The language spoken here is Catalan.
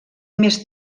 més